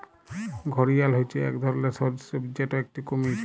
ঘড়িয়াল হচ্যে এক ধরলর সরীসৃপ যেটা একটি কুমির